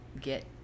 get